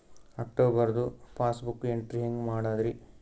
ಅಕ್ಟೋಬರ್ದು passbook entry ಹೆಂಗ್ ಮಾಡದ್ರಿ?